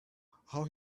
how